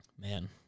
man